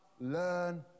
learn